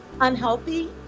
unhealthy